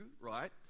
right